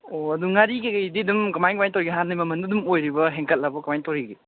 ꯑꯣ ꯑꯗꯨ ꯉꯥꯔꯤ ꯀꯔꯤ ꯀꯔꯤꯗꯤ ꯑꯗꯨꯝ ꯀꯃꯥꯏ ꯀꯃꯥꯏꯅ ꯇꯧꯔꯤꯕꯒꯦ ꯍꯥꯟꯅꯒꯤ ꯃꯃꯜꯗꯣ ꯑꯗꯨꯝ ꯑꯣꯏꯔꯤꯕ ꯍꯦꯟꯒꯠꯂꯕꯣ ꯀꯃꯥꯏꯅ ꯇꯧꯔꯤꯕꯒꯦ